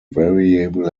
variable